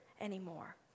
anymore